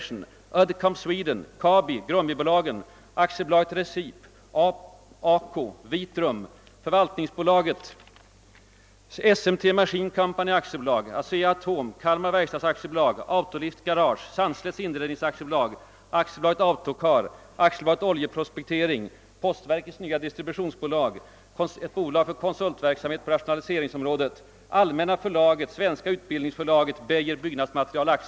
Inc., Uddcomb Sweden AB, Kabi, AB Recip, Grummebolagen, ACO, Vitrum, ett statligt förvaltningsbolag, SMT Machine Company AB, ASEA-ATOM, Kalmar Verkstads AB, Auto-Lift Garage AB, Sandslätts Inrednings AB, AB Auto Car, AB Oljeprospektering. Postverkets distributionsbolag, ett statligt aktiebolag för konsultverksamhet på rationaliseringsområdet, AB Allmänna förlaget, Svenska Utbildningsförlaget Liber AB och Beijer Byggmaterial AB.